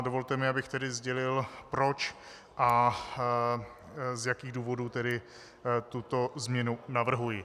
Dovolte mi, abych tedy sdělil, proč a z jakých důvodů tuto změnu navrhuji.